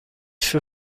für